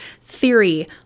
theory